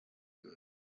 good